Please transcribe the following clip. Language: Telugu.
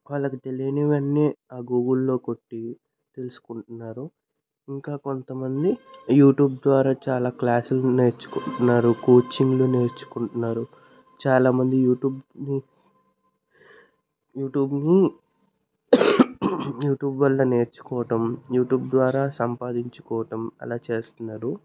వాళ్లకు తెలియనివన్నీ ఆ గూగుల్లో కొట్టి తెలుసుకుంటున్నారు ఇంకా కొంతమంది యూట్యూబ్ ద్వారా చాలా క్లాసులు నేర్చుకుంటున్నారు కోచింగ్లు నేర్చుకుంటున్నారు చాలామంది యూట్యూబ్ని యూట్యూబ్ని యూట్యూబ్ వల్ల నేర్చుకోవడం యూట్యూబ్ ద్వారా సంపాదించుకోవటం అలా చేస్తున్నారు